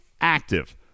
active